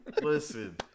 Listen